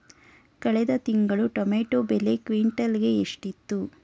ಕಳೆದ ತಿಂಗಳು ಟೊಮ್ಯಾಟೋ ಬೆಲೆ ಕ್ವಿಂಟಾಲ್ ಗೆ ಎಷ್ಟಿತ್ತು?